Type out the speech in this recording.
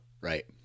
Right